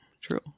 true